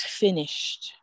finished